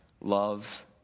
Love